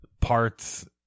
parts